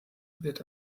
wird